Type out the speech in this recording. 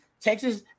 Texas